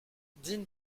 dean